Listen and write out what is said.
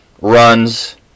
runs